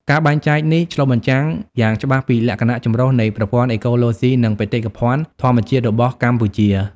ការបែងចែកនេះឆ្លុះបញ្ចាំងយ៉ាងច្បាស់ពីលក្ខណៈចម្រុះនៃប្រព័ន្ធអេកូឡូស៊ី និងបេតិកភណ្ឌធម្មជាតិរបស់កម្ពុជា។